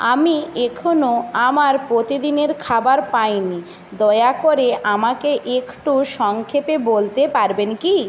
আমি এখনও আমার প্রতিদিনের খাবার পাইনি দয়া করে আমাকে একটু সংক্ষেপে বলতে পারবেন কি